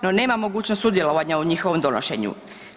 No nema mogućnost sudjelovanja u njihovom donošenju.